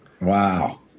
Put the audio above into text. Wow